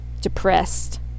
depressed